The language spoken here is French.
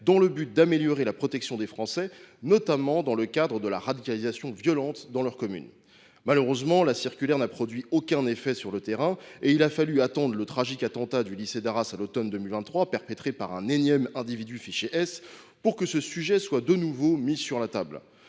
maires afin d’améliorer la protection des Français, notamment dans le cadre de la radicalisation violente de personnes présentes dans leurs communes. Malheureusement, la circulaire n’a produit aucun effet sur le terrain, et il a fallu attendre le tragique attentat du lycée d’Arras, à l’automne 2023, perpétré par un énième individu fiché S, pour que ce sujet soit de nouveau mis sur la table